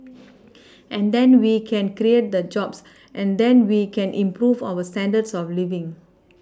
and then we can create the jobs and then we can improve our standards of living